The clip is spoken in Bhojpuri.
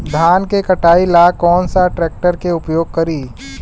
धान के कटाई ला कौन सा ट्रैक्टर के उपयोग करी?